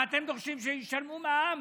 מה אתם דורשים שהן ישלמו מע"מ?